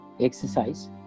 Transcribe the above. exercise